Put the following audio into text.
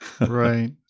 Right